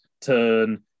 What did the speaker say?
turn